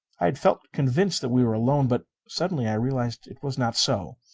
i had felt convinced that we were alone. but suddenly i realized it was not so.